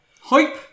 hype